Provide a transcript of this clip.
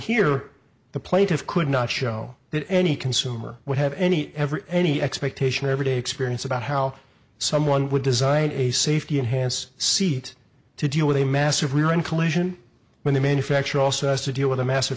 here the plaintiff could not show that any consumer would have any ever any expectation everyday experience about how someone would design a safety enhance seat to deal with a massive rear end collision when the manufacturer also has to deal with a massive